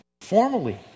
formally